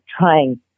trying